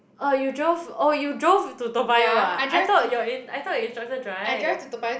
oh you drove oh you drove to Toa-Payoh ah I thought you're in I thought your instructor drive